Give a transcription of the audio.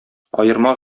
аерма